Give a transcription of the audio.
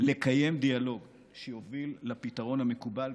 לקיים דיאלוג שיוביל לפתרון מקובל.